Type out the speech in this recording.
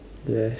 ya